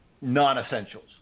non-essentials